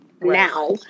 Now